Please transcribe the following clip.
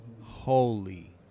holy